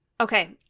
Okay